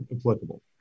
applicable